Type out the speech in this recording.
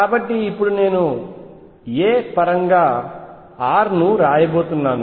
కాబట్టి ఇప్పుడు నేను a పరంగా r ను రాయబోతున్నాను